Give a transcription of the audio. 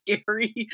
scary